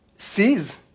sees